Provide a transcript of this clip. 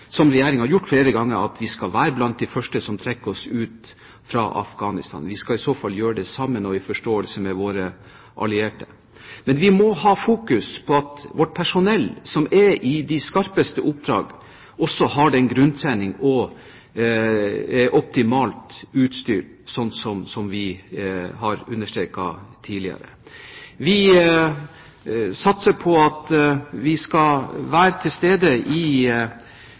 som Regjeringen har gjort flere ganger, at vi skal være blant de første som trekker oss ut fra Afghanistan. Vi skal i så fall gjøre det sammen med og i forståelse med våre allierte. Men vi må ha fokus på at vårt personell som er i de skarpeste oppdrag, også får den grunntrening og er optimalt utstyrt, sånn som vi har understreket tidligere. Vi satser på at vi skal være til stede i